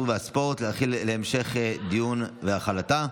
התרבות והספורט להמשך דיון להחלתה.